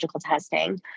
testing